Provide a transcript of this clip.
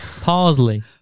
Parsley